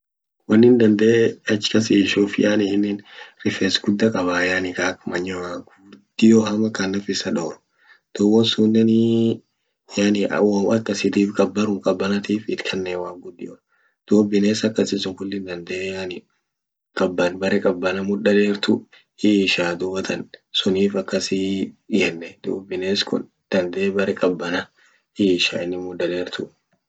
Wonin dandee ach kas ishuf yani inin rifes gudda qaba yani ak manyua gudio hama ka nafisa dorg. duub won sunenii yani wom akasitif yani qabanum qabanatif it Kannan Waq gudio. duub bines akasi sun kulli dandee yani qaban bere qabana mda dertu hiishaa dubatan sunif akasii yenne duub bines kun dandee bere qabana hiisha mda dertu.